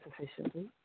sufficiently